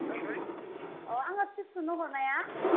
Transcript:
ओमफ्राय अ आङो सि सुनो हरनाया